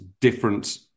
different